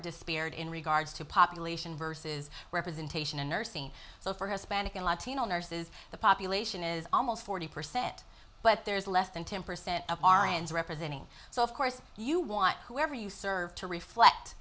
despaired in regards to population verses representation in nursing so for hispanic and latino nurses the population is almost forty percent but there's less than ten percent of our hands representing so of course you want whoever you serve to reflect